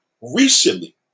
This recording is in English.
recently